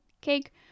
cake